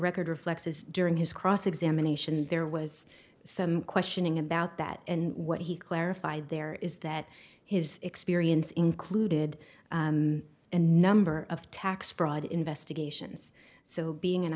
record reflects is during his cross examination there was some questioning about that and what he clarified there is that his experience included a number of tax fraud investigations so being an